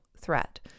threat